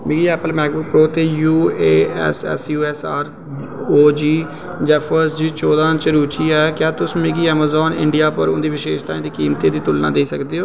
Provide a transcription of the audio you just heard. मिगी Apple MacBook Pro ते ASUS R O G Zephyrus G चौदां च रुचि ऐ क्या तुस मिगी अमज़ोन इंडिया पर उं'दी विशेशताएं ते कीमतें दी तुलना देई सकदे ओ